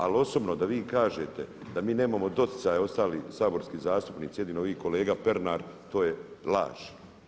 Ali osobno da vi kažete da mi nemamo doticaja ostali saborski zastupnici, jedino vi kolega Pernar to je laž.